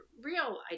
real